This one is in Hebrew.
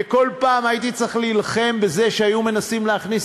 וכל פעם הייתי צריך להילחם בזה שהיו מנסים להכניס